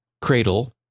cradle